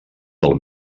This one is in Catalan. del